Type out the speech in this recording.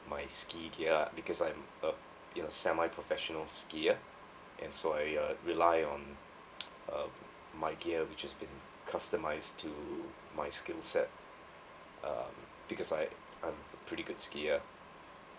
my ski gear because I am uh you know semi professional skier and so I uh rely on uh my gear which has been customised to my skillset um because I'm pretty good skier